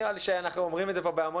נראה לי שאנחנו אומרים את זה פה בהמון